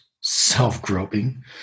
Self-groping